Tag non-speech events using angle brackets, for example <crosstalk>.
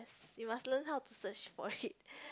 you must learn how to search for it <breath>